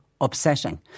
upsetting